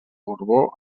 borbó